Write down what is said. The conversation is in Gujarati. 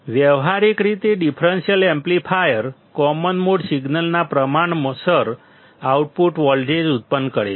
વ્યવહારિક રીતે ડિફરન્સીયલ એમ્પ્લીફાયર કોમન મોડ સિગ્નલના પ્રમાણસર આઉટપુટ વોલ્ટેજ ઉત્પન્ન કરે છે